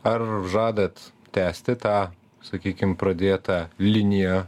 ar žadat tęsti tą sakykim pradėtą liniją